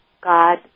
God